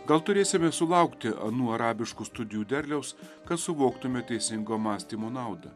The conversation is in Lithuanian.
gal turėsime sulaukti anų arabiškų studijų derliaus kad suvoktume teisingo mąstymo naudą